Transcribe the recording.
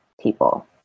people